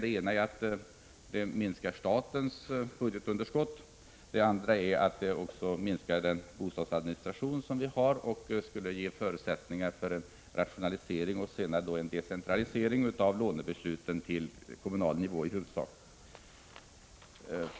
Det ena är att det minskar statens budgetunderskott, och det andra är att det också minskar den bostadsadministration som finns och skulle ge förutsättningar för en rationalisering och senare en decentralisering av lånebesluten till i huvudsak kommunal nivå.